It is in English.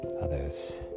others